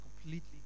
completely